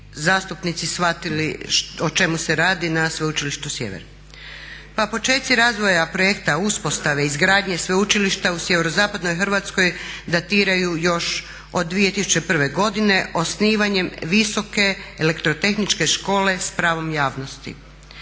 zastupnici shvatili o čemu se radi na Sveučilištu Sjever. Pa počeci razvoja projekta uspostave izgradnje sveučilišta u sjeverozapadnoj Hrvatskoj datiraju još od 2001. godine osnivanjem Visoke elektrotehničke škole sa pravom javnosti.